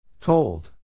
Told